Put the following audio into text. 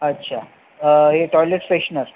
अच्छा हे toilet freshener